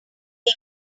big